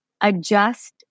adjust